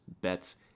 bets